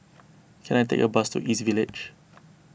can I take a bus to East Village